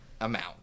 amount